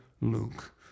Luke